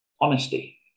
Honesty